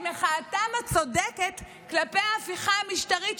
להפיכה המשטרית.